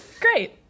great